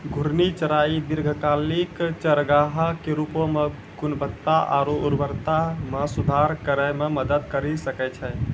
घूर्णि चराई दीर्घकालिक चारागाह के रूपो म गुणवत्ता आरु उर्वरता म सुधार करै म मदद करि सकै छै